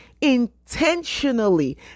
intentionally